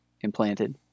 implanted